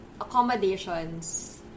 accommodations